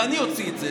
ואני אוציא את זה,